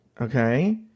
okay